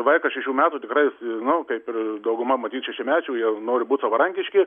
vaikas šešių metų tikrai žinau kaip ir dauguma matyt šešiamečių jau nori būti savarankiški